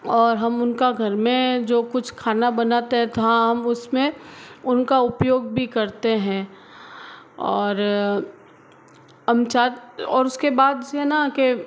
और हम उनका घर में जो कुछ खाना बनाते हैं तो हाँ हम उसमें उनक उपयोग भी करते हैं और अमचाद और उसके बाद से है ना के